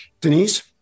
Denise